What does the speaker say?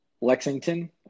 lexington